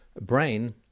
brain—